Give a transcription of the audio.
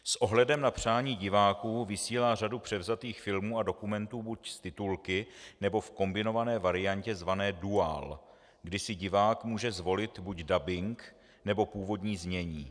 S ohledem na přání diváků vysílá řadu převzatých filmů a dokumentů buď s titulky, nebo v kombinované variantě zvané duál, kde si divák může zvolit buď dabing, nebo původní znění.